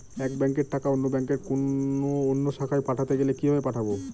এক ব্যাংকের টাকা অন্য ব্যাংকের কোন অন্য শাখায় পাঠাতে গেলে কিভাবে পাঠাবো?